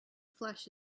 flesh